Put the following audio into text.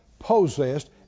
possessed